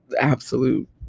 absolute